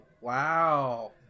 Wow